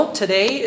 today